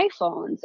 iPhones